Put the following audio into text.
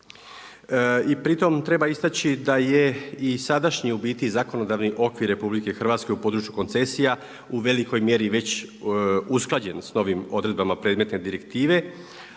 I pri tome treba isteći da je i sadašnji u biti zakonodavni okvir RH u području koncesija u velikoj mjeri već usklađen s novim odredbama predmetne direktive,